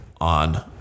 on